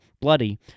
bloody